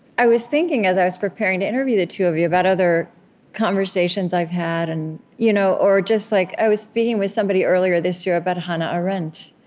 i was thinking, as i was preparing to interview the two of you, about other conversations i've had, and you know or just like i was speaking with somebody earlier this year about hannah arendt,